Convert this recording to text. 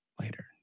later